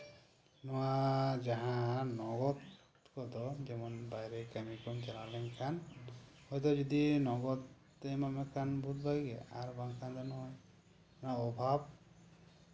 ᱱᱚᱶᱟ ᱡᱟᱦᱟᱸ ᱱᱚᱜᱚᱫ ᱠᱚᱫᱚ ᱡᱮᱢᱚᱱ ᱵᱟᱦᱨᱮ ᱠᱟᱹᱢᱤ ᱠᱚᱢ ᱪᱟᱞᱟᱣ ᱞᱮᱱ ᱠᱷᱟᱱ ᱦᱳᱭᱛᱳ ᱡᱩᱫᱤ ᱱᱚᱜᱚᱫ ᱛᱮ ᱮᱢᱚᱜ ᱠᱷᱟᱱ ᱵᱚᱦᱩᱛ ᱵᱷᱟᱜᱤ ᱜᱮ ᱟᱨ ᱵᱟᱝᱠᱷᱟᱱ ᱫᱚ ᱱᱚᱜᱼᱚᱭ ᱱᱚᱶᱟ ᱚᱵᱷᱟᱵ